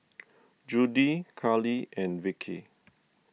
Judie Carli and Vickie